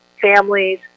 families